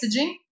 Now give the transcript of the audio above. messaging